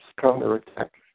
counterattack